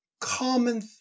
common